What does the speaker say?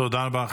תודה רבה.